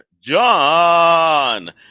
John